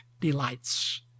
delights